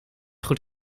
goed